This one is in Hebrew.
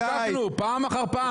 חוקקנו פעם אחר פעם.